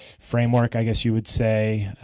framework, i guess you would say,